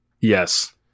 Yes